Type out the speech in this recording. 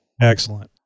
Excellent